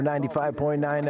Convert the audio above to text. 95.9